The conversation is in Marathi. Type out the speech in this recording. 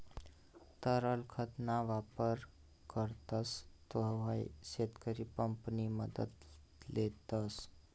तरल खत ना वापर करतस तव्हय शेतकरी पंप नि मदत लेतस